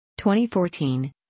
2014